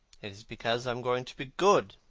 it is because i am going to be good,